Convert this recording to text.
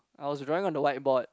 I was drawing on the whiteboard